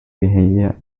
behavior